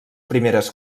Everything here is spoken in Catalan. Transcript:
primeres